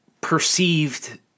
perceived